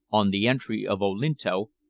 on the entry of olinto,